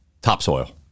topsoil